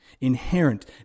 inherent